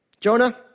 Jonah